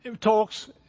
talks